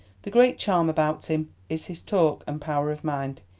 the great charm about him is his talk and power of mind.